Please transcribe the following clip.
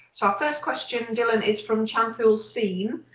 so our first question dylan is from chanthoul seam.